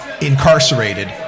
incarcerated